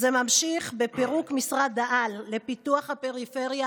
זה ממשיך בפירוק משרד-העל לפיתוח הפריפריה,